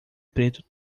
preto